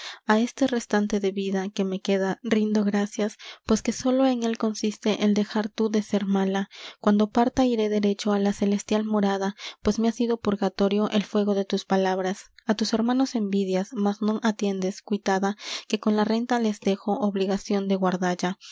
á este restante de vida que me queda rindo gracias pues que sólo en él consiste el dejar tú de ser mala cuando parta iré derecho á la celestial morada pues me ha sido purgatorio el fuego de tus palabras á tus hermanos envidias mas non atiendes cuitada que con la renta les dejo obligación de guardalla